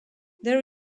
there